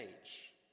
age